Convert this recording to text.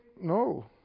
no